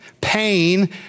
pain